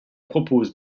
propose